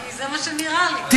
כי זה מה שנראה לי.